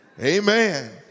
Amen